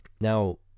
Now